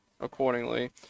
accordingly